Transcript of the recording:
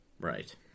Right